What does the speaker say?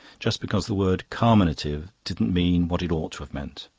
just because the word carminative didn't mean what it ought to have meant.